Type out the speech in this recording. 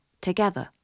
together